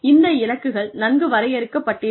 இந்த இலக்குகள் நன்கு வரையறுக்கப் பட்டிருக்கும்